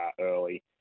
early